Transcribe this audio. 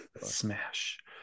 Smash